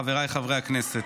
חבריי חברי הכנסת,